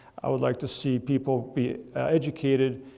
i would like to see people be educated.